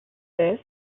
this